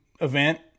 event